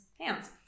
hands